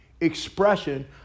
expression